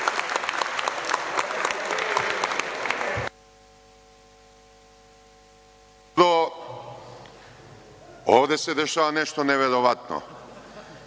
ovde se dešava nešto neverovatno.